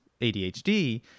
ADHD